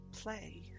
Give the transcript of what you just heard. play